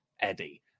Eddie